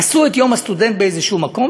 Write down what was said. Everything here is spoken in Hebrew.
עשו את יום הסטודנט באיזה מקום,